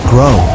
Grow